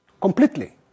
completely